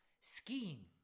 Skiing